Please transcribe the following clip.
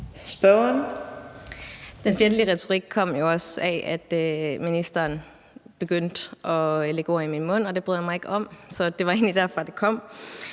(DD): Den fjendtlige retorik kom jo også af, at ministeren begyndte at lægge ord i min mund, og det bryder jeg mig ikke om. Så det var egentlig derfra, det kom.